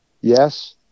yes